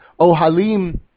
ohalim